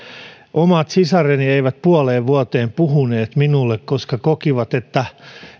omat sisareni eivät puoleen vuoteen puhuneet minulle koska kokivat että